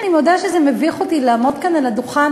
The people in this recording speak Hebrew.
אני מודה שמביך אותי לעמוד כאן על הדוכן